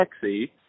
sexy